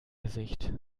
gesicht